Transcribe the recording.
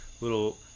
little